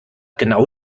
genau